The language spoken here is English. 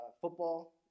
football